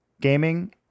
gaming